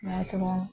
ᱱᱟᱭ ᱛᱮᱵᱚᱱ